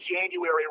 January